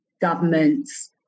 governments